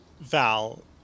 Val